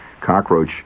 cockroach